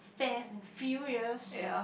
fast and furious